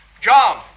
John